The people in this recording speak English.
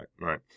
right